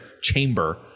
chamber